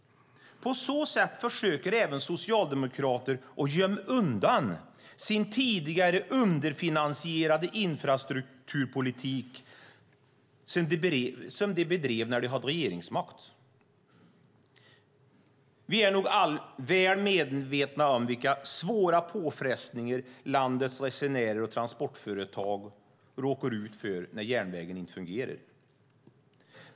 På så sätt försöker även socialdemokrater gömma undan sin tidigare underfinansierade infrastrukturpolitik som de bedrev när de hade regeringsmakten. Vi är alla väl medvetna om vilka svåra påfrestningar landets resenärer och transportföretag råkar ut för när järnvägen inte fungerar.